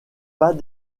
pas